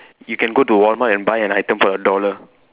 you can go to Walmart and buy an item for a dollar